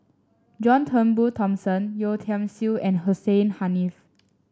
John Turnbull Thomson Yeo Tiam Siew and Hussein Haniff